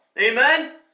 Amen